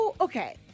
Okay